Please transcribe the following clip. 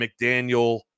McDaniel